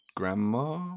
grandma